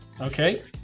Okay